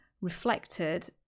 reflected